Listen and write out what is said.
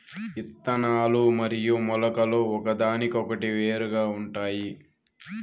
ఇత్తనాలు మరియు మొలకలు ఒకదానికొకటి వేరుగా ఉంటాయి